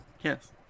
Yes